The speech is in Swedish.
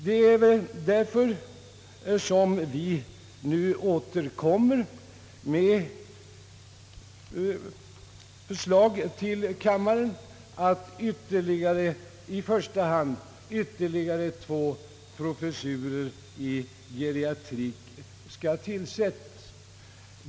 Det är därför som vi nu återkommer med förslag till riksdagen att i första hand ytterligare två professurer i geriatrik skall inrättas.